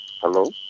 Hello